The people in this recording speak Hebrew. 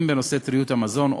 אם בנושא טריות המזון,